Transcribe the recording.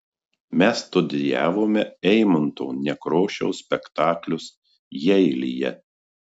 mes studijavome eimunto nekrošiaus spektaklius jeilyje